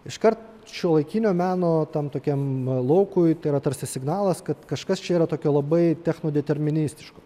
iškart šiuolaikinio meno tam tokiam laukui tai yra tarsi signalas kad kažkas čia yra tokio labai technodeterministiško